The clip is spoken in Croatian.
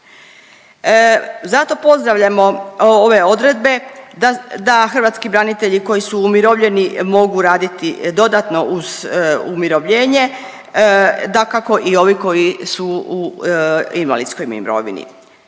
Zato pozdravljamo odredbe da hrvatski branitelji koji su umirovljeni mogu raditi dodatno uz umirovljenje, dakako, i ovi koji su u invalidskoj mirovini.